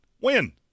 Win